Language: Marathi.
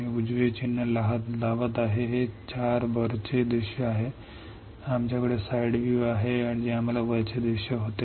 मी उजवे चिन्ह ठेवत आहे हे 4 वरचे दृश्य आहेत आमच्याकडे साइड व्ह्यू आहे जे आम्हाला वरचे दृश्य होते